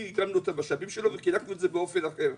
איגמנו את המשאבים וחילקנו את זה באופן אחר.